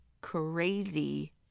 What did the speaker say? crazy